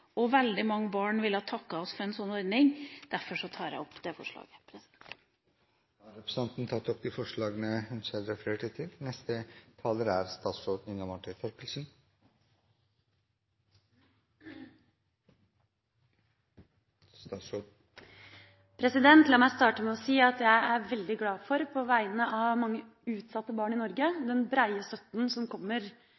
Veldig mange barn ville ha takket oss for en sånn ordning – derfor det forslaget. Jeg tar opp våre forslag. Representanten Trine Skei Grande har tatt opp de forslagene hun refererte til. La meg starte med å si at jeg er veldig glad for på vegne av mange utsatte barn i Norge